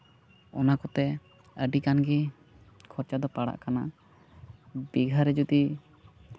ᱚᱱᱟ ᱠᱚᱛᱮ ᱟᱹᱰᱤᱜᱟᱱ ᱜᱮ ᱠᱷᱚᱨᱪᱟ ᱫᱚ ᱯᱟᱲᱟᱜ ᱠᱟᱱᱟ ᱵᱤᱜᱷᱟᱹᱨᱮ ᱡᱩᱫᱤ